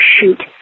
shoot